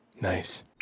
Nice